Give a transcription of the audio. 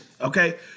okay